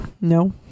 No